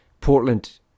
Portland